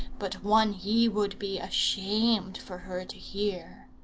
but one he would be ashamed for her to hear.